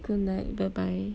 good night bye bye